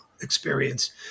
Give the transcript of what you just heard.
experience